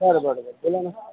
बरं बरं बरं बोला ना